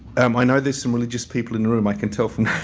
um i know there's some religious people in the room. i can tell from